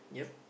yup